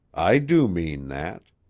i do mean that.